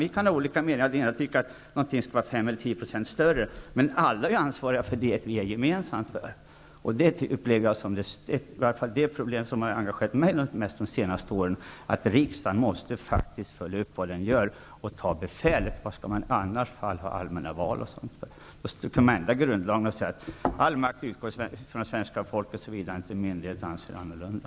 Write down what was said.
Vi kan ha olika meningar och tycka att någonting skall vara fem eller tio procent större, men alla har vi ett ansvar för det gemensamma. Det jag har engagerat mig mest för under de senaste åren är att se till att riksdagen faktiskt följer upp sina beslut och tar befälet. Varför skall vi annars ha allmänna val? Annars får vi ändra grundlagen och säga: All makt utgår från svenska folket, såvida inte myndigheterna anser annorlunda.